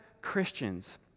Christians